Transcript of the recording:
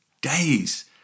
days